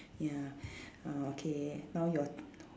ya uh okay now your